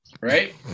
right